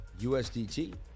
USDT